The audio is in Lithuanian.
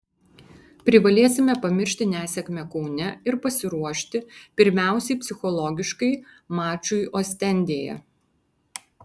privalėsime pamiršti nesėkmę kaune ir pasiruošti pirmiausiai psichologiškai mačui ostendėje